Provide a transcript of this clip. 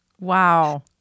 Wow